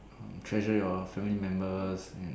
treasure your family members and